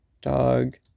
Dog